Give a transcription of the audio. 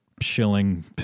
shilling